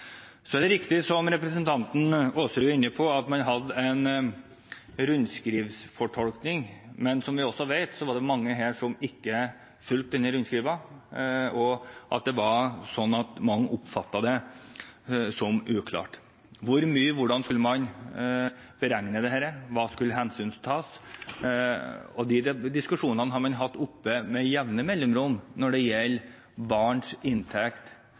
Det er riktig, som representanten Aasrud var inne på, at man hadde en rundskrivsfortolkning, men som vi også vet, var det mange som ikke fulgte dette rundskrivet, og mange oppfattet det som uklart. Hvor mye kunne man tjene, hvordan skulle man beregne dette, og hva skulle man ta hensyn til? Disse diskusjonene har man hatt med jevne mellomrom når det gjelder inntekt